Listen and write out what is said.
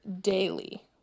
daily